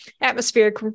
Atmospheric